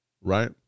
right